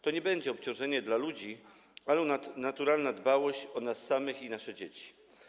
To nie będzie obciążenie dla ludzi, ale naturalna dbałość o nas samych i nasze dzieci.